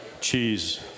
Cheese